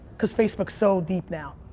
cuz facebook's so deep now.